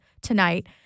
tonight